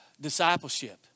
Discipleship